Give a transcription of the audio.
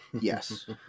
Yes